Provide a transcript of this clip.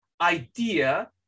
idea